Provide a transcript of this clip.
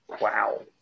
Wow